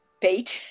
paid